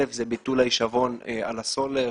זה ביטול ההישבון על הסולר,